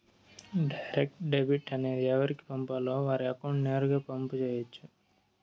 direct debit అనేది ఎవరికి పంపాలో వారి అకౌంట్ నేరుగా పంపు చేయొచ్చు